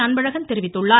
அன்பழகன் தெரிவித்துள்ளார்